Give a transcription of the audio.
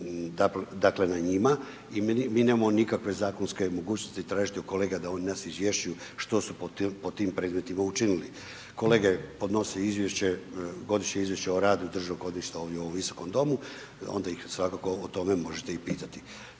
dakle na njima i mi nemamo dakle nikakve zakonske mogućnosti tražiti od kolega da oni nas izvješćuju što su pod tim predmetima učinili. Kolege podnose izvješće, godišnje izvješće o radu Državnog odvjetništva ovdje u ovom Visokom domu, onda ih svakako o tome možete i pitati.